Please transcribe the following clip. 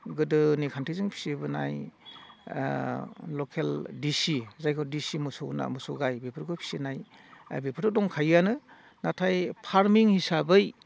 गोदोनि खान्थिजों फिसिबोनाय लकेल देसि जायखौ देसि मोसौ होनना मोसौ गाय बेफोरखौ फिसिनाय बेफोरथ' दंखायोआनो नाथाय फार्मिं हिसाबै